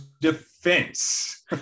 defense